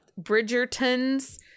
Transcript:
bridgerton's